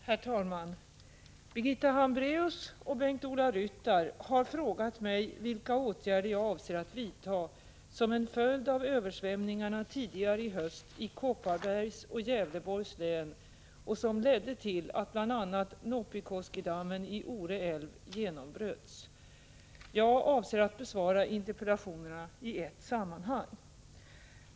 Herr talman! Birgitta Hambraeus och Bengt-Ola Ryttar har frågat mig vilka åtgärder jag avser att vidta som en följd av översvämningarna tidigare i höst i Kopparbergs och Gävleborgs län som ledde till att bl.a. Noppikoskidammen i Ore älv genombröts. Jag avser att besvara interpellationerna i ett sammanhang.